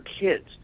kids